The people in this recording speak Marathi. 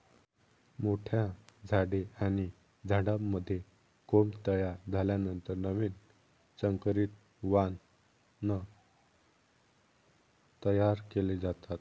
मोठ्या झाडे आणि झाडांमध्ये कोंब तयार झाल्यानंतर नवीन संकरित वाण तयार केले जातात